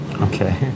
Okay